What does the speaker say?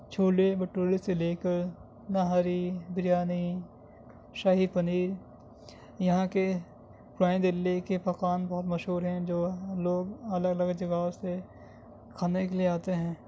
چھولے بھٹورے سے لے کر نہاری بریانی شاہی پنیر یہاں کے پرانی دلی کے پکوان بہت مشہور ہیں جو لوگ الگ الگ جگہوں سے کھانے کے لیے آتے ہیں